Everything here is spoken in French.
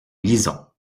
lisons